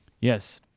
Yes